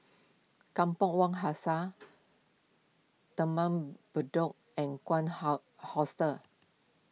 Kampong Wak Hassan Taman Bedok and Hostel